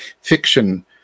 fiction